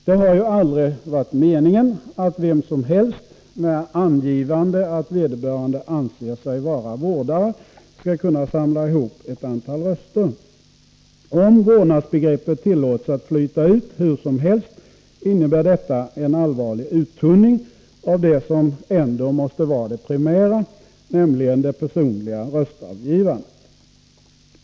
Det har aldrig varit meningen att vem som helst med angivande att vederbörande anser sig vara vårdare skall kunna samla ihop ett antal röster. Om vårdarbegreppet tillåts att flyta ut hur som helst, innebär detta en allvarlig uttunning av det som ändå måste vara det primära, nämligen det personliga röstavgivandet.